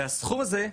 והסכום הזה,